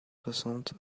soixante